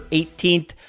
18th